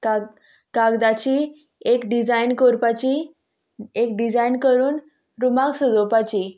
का कागदाची एक डिजायन कोरपाची एक डिजायन करून रुमाक सजोपाची